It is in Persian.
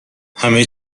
همه